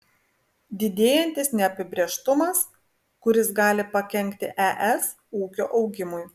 didėjantis neapibrėžtumas kuris gali pakenkti es ūkio augimui